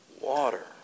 water